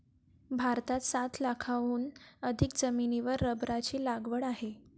भारतात सात लाखांहून अधिक जमिनीवर रबराची लागवड आहे